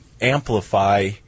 amplify